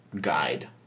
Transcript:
guide